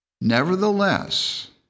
Nevertheless